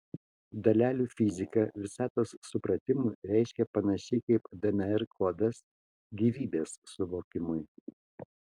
dalelių fizika visatos supratimui reiškia panašiai kaip dnr kodas gyvybės suvokimui